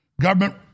Government